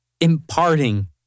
imparting